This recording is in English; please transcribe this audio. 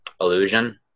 illusion